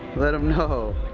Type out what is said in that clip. let em know.